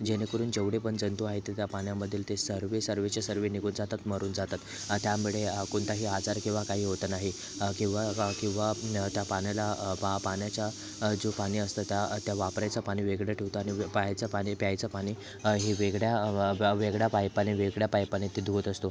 जेणेकरून जेवढे पण जंतू आहेत त्या पाण्यामधील ते सर्व सर्वच्या सर्व निघून जातात मरून जातात आणि त्यामुळे कोणताही आजार किंवा काही होत नाही किंवा किंवा त्या पाण्याला पा पाण्याच्या जो पाणी असतो त्या त्या वापरायचं पाणी वेगळं ठेवतो आणि पहायचा पाणी प्यायचं पाणी हे वेगळ्या व वेगळ्या पाईपाने वेगळ्या पाईपाने ते धुवत असतो